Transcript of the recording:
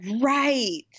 Right